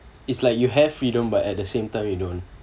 it's like you have freedom but at the same time you don't